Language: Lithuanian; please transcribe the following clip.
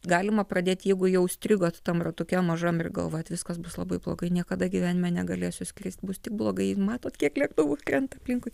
galima pradėt jeigu jau užstrigot tam ratuke mažam ir galvojat viskas bus labai blogai niekada gyvenime negalėsiu skristi bus tik blogai matot kiek lėktuvų krenta aplinkui